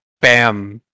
bam